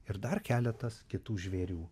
ir dar keletas kitų žvėrių